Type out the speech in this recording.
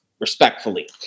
respectfully